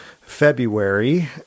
February